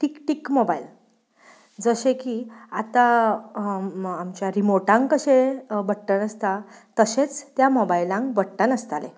टीक टीक मोबायल जशें की आतां आमच्या रिमोटांग कशे बट्टण आसता तशेंच त्या मोबायलांक बट्टन आसताले